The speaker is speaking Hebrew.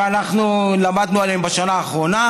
שאנחנו למדנו עליהם בשנה האחרונה,